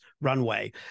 Runway